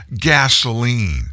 gasoline